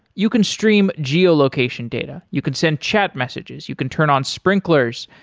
you can stream geo-location data. you can send chat messages, you can turn on sprinklers,